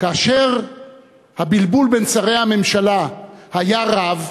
כאשר הבלבול בין שרי הממשלה היה רב,